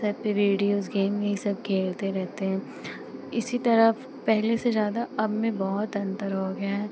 सब पर videos game यही सब खेलते रहते हैं इसी तरह पहले से ज़्यादा अब में बहुत अन्तर हो गया है